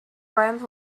friend